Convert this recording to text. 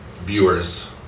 viewers